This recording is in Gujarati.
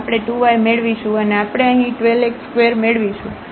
તો આપણે 2 yમેળવીશું અને આપણે અહીં 12 x2 મેળવીશું